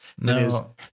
No